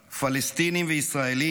פלסטינים וישראלים,